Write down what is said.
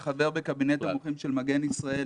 כחבר בקבינט קורונה של "מגן ישראל"